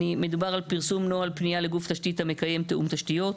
מדובר על פרסום נוהל פנייה לגוף תשתית המקיים תיאום תשתיות.